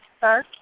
sir